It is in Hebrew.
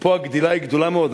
ופה הגדילה היא גדולה מאוד,